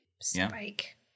Spike